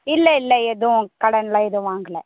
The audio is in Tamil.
இல்லை இல்லை எதுவும் கடனெலாம் எதுவும் வாங்கில